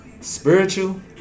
Spiritual